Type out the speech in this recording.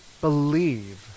believe